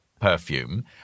perfume